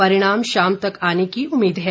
परिणाम शाम तक आने की उम्मीद है